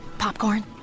popcorn